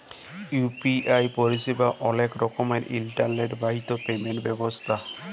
UPI পরিসেবা অলেক রকমের ইলটারলেট বাহিত পেমেল্ট ব্যবস্থা হ্যয়